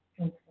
okay